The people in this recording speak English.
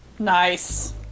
Nice